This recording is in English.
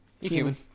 human